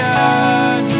God